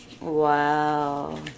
Wow